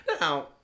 Now